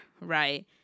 right